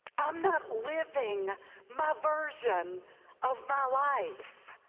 i'm not living my version of my life.